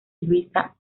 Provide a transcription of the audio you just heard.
luisa